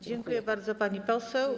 Dziękuję bardzo, pani poseł.